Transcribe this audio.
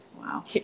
Wow